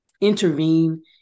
intervene